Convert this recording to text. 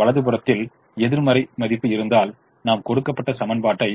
வலது புறத்தில் எதிர்மறை மதிப்பு இருந்தால் நாம் கொடுக்கப்பட்ட சமாண்பாட்டை